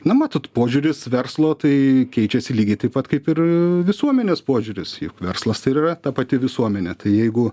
na matot požiūris verslo tai keičiasi lygiai taip pat kaip ir visuomenės požiūris juk verslas tai ir yra ta pati visuomenė tai jeigu